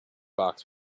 box